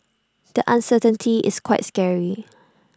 the uncertainty is quite scary